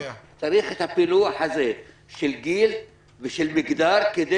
צריך את הפילוח הזה של גיל ושל מגדר כדי